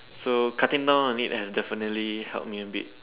so cutting down on it has definitely help me a bit